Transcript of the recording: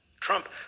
Trump